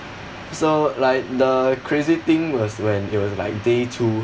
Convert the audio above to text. so like the crazy thing was when it was like day two